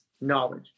knowledge